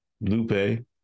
Lupe